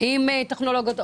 עם טכנולוגיות.